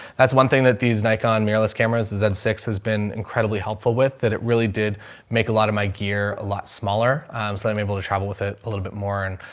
that's one thing that these nikon mirrorless cameras is ed six has been incredibly helpful with that. it really did make a lot of my gear a lot smaller so that i'm able to travel with it a little bit more. and,